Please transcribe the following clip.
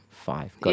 Five